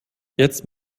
jetzt